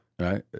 Right